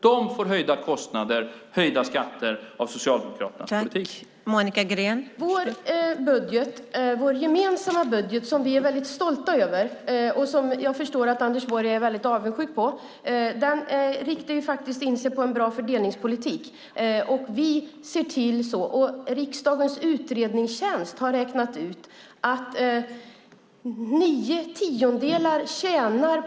De får höjda kostnader och höjda skatter genom Socialdemokraternas politik.